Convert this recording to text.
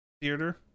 Theater